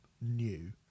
new